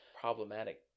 problematic